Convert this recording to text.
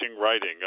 writing